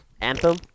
Anthem